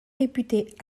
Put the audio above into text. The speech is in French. réputée